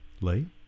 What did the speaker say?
Lee